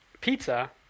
pizza